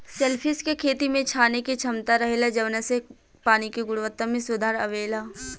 shellfish के खेती में छाने के क्षमता रहेला जवना से पानी के गुणवक्ता में सुधार अवेला